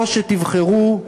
או שתבחרו,